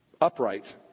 upright